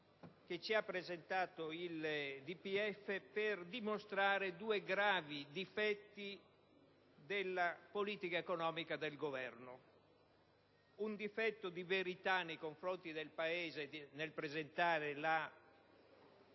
numeri presentati nel DPEF per dimostrare due gravi difetti della politica economica del Governo, un difetto di verità nei confronti del Paese nel presentare e